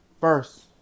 first